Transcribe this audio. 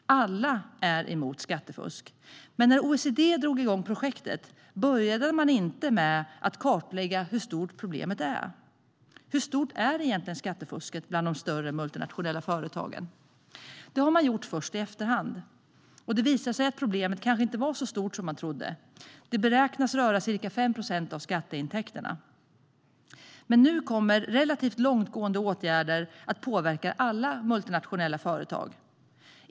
Alla är emot skattefusk. Men när OECD drog igång projektet började man inte med att kartlägga hur stort problemet är. Hur stort är egentligen skattefusket bland de större multinationella företagen? Den kartläggningen har man gjort först i efterhand. Det visar sig att problemet kanske inte är så stort som man trodde. Det beräknas röra ca 5 procent av skatteintäkterna. Nu kommer dock relativt långtgående åtgärder att påverka alla multinationella företag.